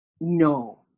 No